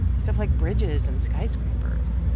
stuff like bridges and skyscrapers.